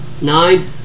nine